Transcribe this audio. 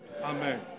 Amen